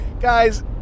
Guys